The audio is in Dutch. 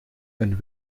een